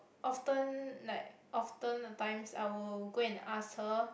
often like often a times I will go and ask her